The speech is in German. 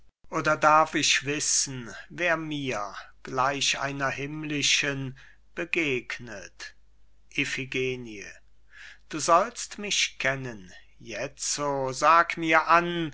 oder darf ich wissen wer mir gleich einer himmlischen begegnet iphigenie du sollst mich kennen jetzo sag mir an